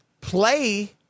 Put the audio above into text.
play